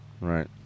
Right